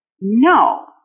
No